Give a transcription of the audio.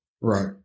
Right